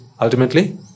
ultimately